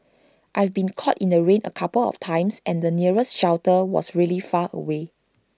I've been caught in the rain A couple of times and the nearest shelter was really far away